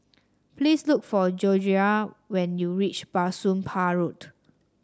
please look for when you reach Bah Soon Pah Road